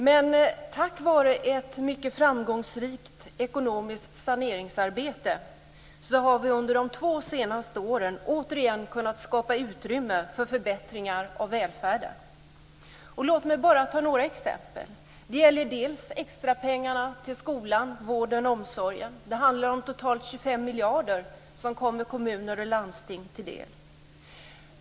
Men tack vare ett mycket framgångsrikt ekonomiskt saneringsarbete har vi under de två senaste åren återigen kunnat skapa utrymme för förbättringar av välfärden. Låt mig bara ta några exempel. Det gäller bl.a. extrapengarna till skolan, vården och omsorgen. Det handlar om totalt 25 miljarder som kommer kommuner och landsting till del.